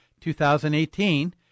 2018